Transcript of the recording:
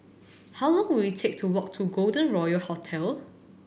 how long will it take to walk to Golden Royal Hotel